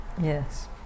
yes